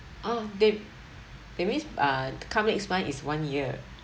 oh that that means ah come next month is one year